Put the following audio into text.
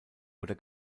oder